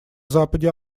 западе